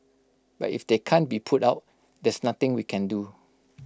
but if they can't be put out there's nothing we can do